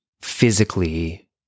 physically